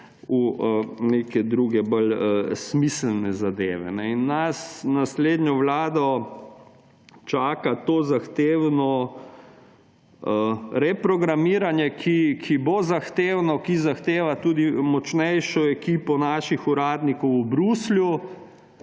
v neke druge bolj smiselne zadeve. In nas, naslednjo vlado, čaka to zahtevno reprogramiranje, ki bo zahtevno, ki zahteva tudi močnejšo ekipo naših uradnikov v Bruslju,